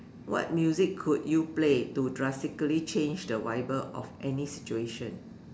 what music could you play to drastically change the vibe of any situation